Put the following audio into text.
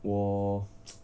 我